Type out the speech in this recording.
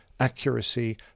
Accuracy